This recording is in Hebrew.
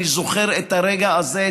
אני זוכר את הרגע הזה,